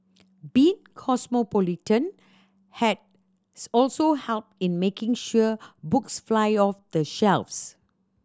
being cosmopolitan has also helped in making sure books fly off the shelves